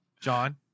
John